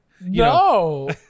no